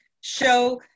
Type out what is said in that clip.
show